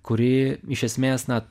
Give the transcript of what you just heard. kuri iš esmės na